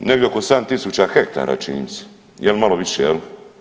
Negdje oko 7.000 hektara čini mi se, jel malo više jel?